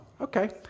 okay